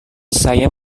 saya